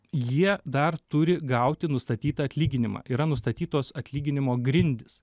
jie dar turi gauti nustatytą atlyginimą yra nustatytos atlyginimo grindys